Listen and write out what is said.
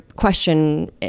question